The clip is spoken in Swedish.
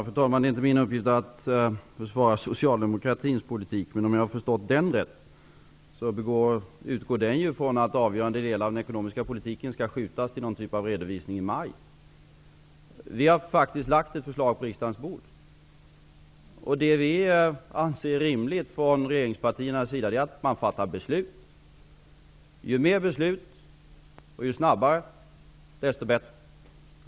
Fru talman! Det är inte min uppgift att försvara Socialdemokraternas politik. Men om jag förstår den rätt, utgår den från att avgöranden när det gäller den ekonomiska politiken skall skjutas upp till maj, i form av någon typ av redovisning. Vi har faktiskt lagt fram ett förslag på riksdagens bord. Det vi från regeringspartiernas sida anser rimligt är att man fattar beslut. Ju fler beslut och ju snabbare, desto bättre.